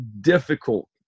difficult